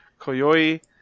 Koyoi